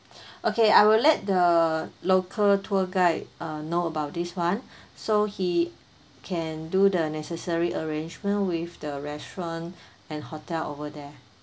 okay I will let the local tour guide uh know about this one so he can do the necessary arrangement with the restaurant and hotel over there